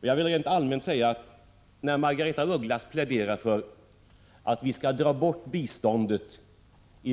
Men jag vill rent allmänt säga att när Margaretha af Ugglas pläderar för att vi skall dra bort biståndet